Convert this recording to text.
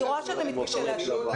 אני רואה שאתה מתקשה להשיב.